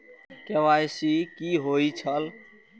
KYC कि होई छल?